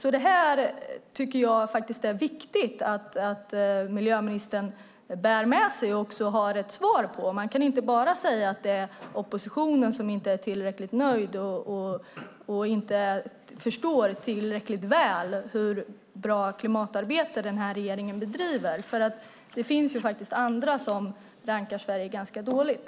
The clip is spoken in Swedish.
Jag tycker att det är viktigt att miljöministern bär med sig detta och har ett svar på det. Man kan inte bara säga att det är oppositionen som inte är tillräckligt nöjd och inte förstår tillräckligt väl hur bra klimatarbete den här regeringen bedriver. Det finns faktiskt andra som rankar Sverige ganska lågt.